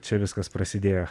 čia viskas prasidėjo